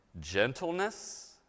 gentleness